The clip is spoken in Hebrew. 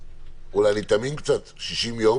אולי אני תמים קצת, 60 יום